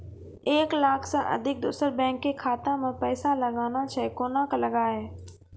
एक लाख से अधिक दोसर बैंक के खाता मे पैसा लगाना छै कोना के लगाए?